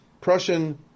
Prussian